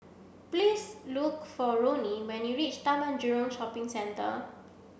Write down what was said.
please look for Roni when you reach Taman Jurong Shopping Centre